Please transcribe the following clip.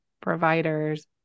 providers